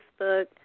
Facebook